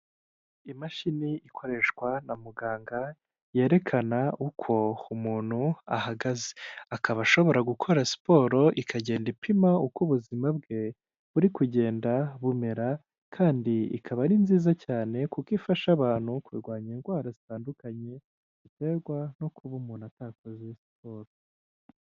Imashini ikoreshwa na muganga yerekana uko umuntu ahagaze, akaba ashobora gukora siporo ikagenda ipima uko ubuzima bwe buri kugenda bumera, kandi ikaba ari nziza cyane kuko ifasha abantu kurwanya indwara zitandukanye ziterwa no kuba umuntu atakoze siporo.